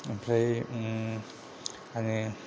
ओमफ्राय आङो